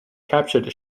captured